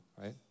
right